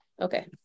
Okay